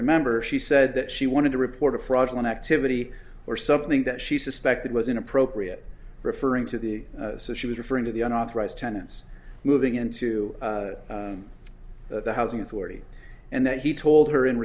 remember she said that she wanted to report a fraudulent activity or something that she suspected was inappropriate referring to the she was referring to the unauthorized tenants moving into the housing authority and that he told her in